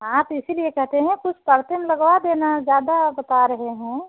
हाँ तो इसी लिए कहते हैं कि कुछ परत में लगा देना ज़्यादा बता रहे हैं